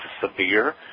severe